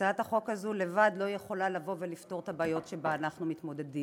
הצעת החוק הזאת לבדה לא יכולה לפתור את הבעיות שאתן אנחנו מתמודדים,